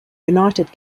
united